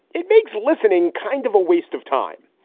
it makes listening kind of a waste of time.